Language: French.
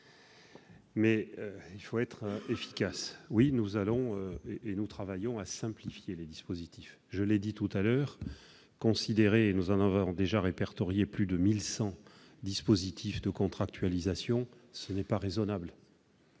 Mais il faut être efficace et, donc, nous travaillons à simplifier les dispositifs. Je l'ai souligné tout à l'heure, nous avons déjà répertorié plus de 1 100 dispositifs de contractualisation. Ce n'est pas raisonnable